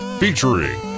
featuring